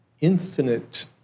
infinite